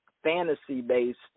fantasy-based